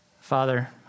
Father